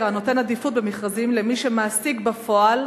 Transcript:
הנותן עדיפות במכרזים למי שמעסיק בפועל,